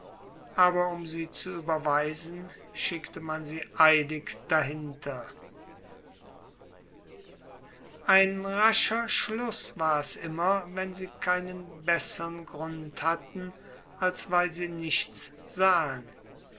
aber um sie zu überweisen schickte man sie eilig dahinter ein rascher schluß war es immer wenn sie keinen bessern grund hatten als weil sie nichts sahen